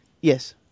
Yes